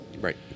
right